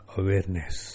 awareness